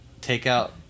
takeout